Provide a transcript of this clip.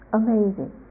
amazing